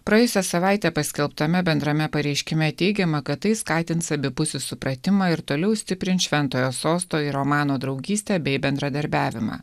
praėjusią savaitę paskelbtame bendrame pareiškime teigiama kad tai skatins abipusį supratimą ir toliau stiprin šventojo sosto ir omano draugystę bei bendradarbiavimą